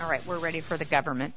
all right we're ready for the government